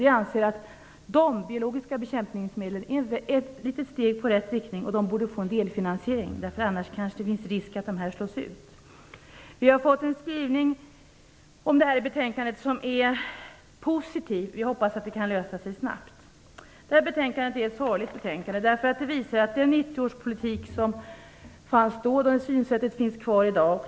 Vi anser att de bilologiska bekämpningsmedlen är ett litet steg i rätt riktning och de borde få en delfinansiering, för annars finns det risk att de slås ut. Här har vi fått en positiv skrivning i betänkandet. Vi hoppas att frågan kan lösas snabbt. Det här betänkandet är ett sorgligt betänkande, för det visar att synsättet i 1990 års politik finns kvar i dag.